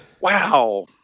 wow